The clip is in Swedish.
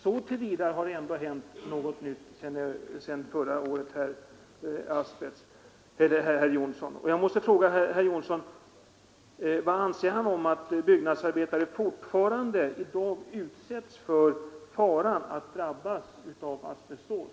Därvidlag har det hänt något sedan förra året, herr Johnsson! Jag måste fråga vad herr Johnsson anser om att byggnadsarbetare i dag fortfarande utsätts för faran att drabbas av asbestos.